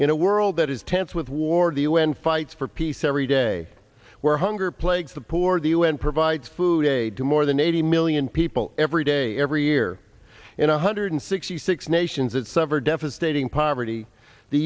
in a world that is tense with war the u n fights for peace every day where hunger plagues the poor the u n provides food aid to more than eighty million people every day every year in a hundred sixty six nations that sever devastating poverty the